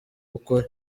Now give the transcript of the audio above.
ukuri